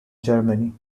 germany